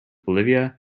bolivia